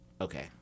Okay